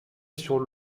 sur